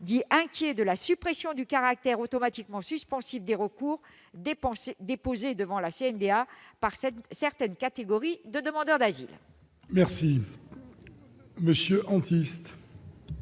dit inquiet de la suppression du caractère automatiquement suspensif des recours déposés devant la CNDA par certaines catégories de demandeurs d'asile. La parole est